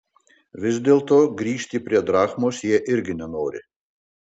vis dėlto grįžti prie drachmos jie irgi nenori